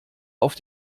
auf